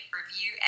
review